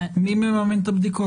מי מממן את הבדיקות?